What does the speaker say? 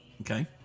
Okay